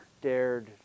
dared